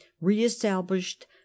re-established